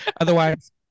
Otherwise